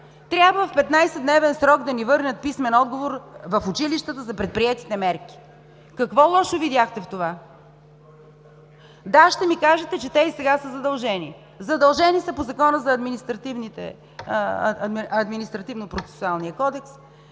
трябва в 15-дневен срок да ни върнат писмен отговор в училищата за предприети мерки. Какво лошо видяхте в това? Да, ще ми кажете, че те и сега са задължени. Задължени са по Закона за Административнопроцесуалния кодекс,